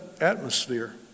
atmosphere